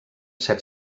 set